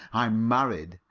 i'm married,